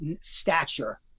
stature